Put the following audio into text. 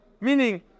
Meaning